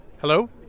Hello